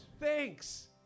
Thanks